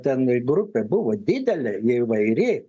ten grupė buvo didelė įvairi